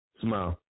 Smile